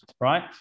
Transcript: right